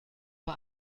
bei